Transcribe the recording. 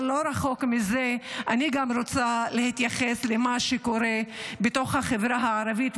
אבל לא רחוק מזה אני גם רוצה להתייחס למה שקורה בתוך החברה הערבית,